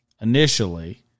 initially